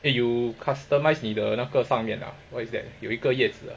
eh you customise 你的那个上面啊 what is that 有一个叶子 ah